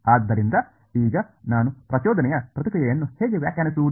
ಆದ್ದರಿಂದ ಈಗ ನಾನು ಪ್ರಚೋದನೆಯ ಪ್ರತಿಕ್ರಿಯೆಯನ್ನು ಹೇಗೆ ವ್ಯಾಖ್ಯಾನಿಸುವುದು